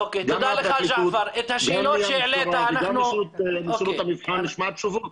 גם מהמשטרה וגם משירות המבחן נשמע תשובות.